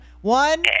One